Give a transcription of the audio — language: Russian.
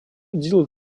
делают